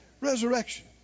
Resurrection